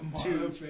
two